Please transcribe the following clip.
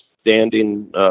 standing